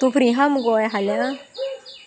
तूं फ्रि आसा मगो फाल्यां